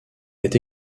est